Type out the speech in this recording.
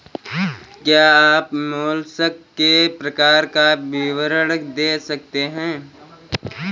क्या आप मोलस्क के प्रकार का विवरण दे सकते हैं?